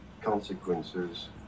consequences